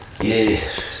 Yes